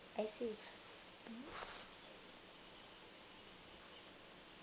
I see